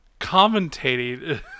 commentating